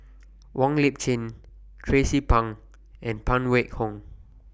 Wong Lip Chin Tracie Pang and Phan Wait Hong